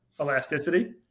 elasticity